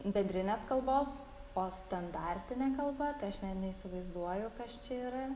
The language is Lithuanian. bendrinės kalbos o standartinė kalba tai aš ne neįsivaizduoju kas čia yra